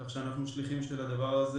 כך שאנחנו שליחים של זה.